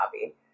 hobby